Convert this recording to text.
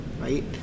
right